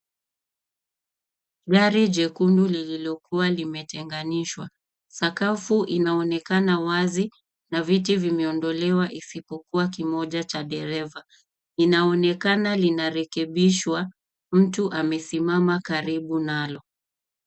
Gari jekundu lililokuwa limetenganishwa. Sakafu inaonekana wazi na viti vimeondolewa isipokua kimoja cha dereva, inaonekana linarekebishwa. Mtu amesimama karibu nalo.